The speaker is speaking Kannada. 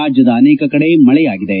ರಾಜ್ಯದ ಅನೇಕ ಕಡೆ ಮಳೆಯಾಗಿದೆ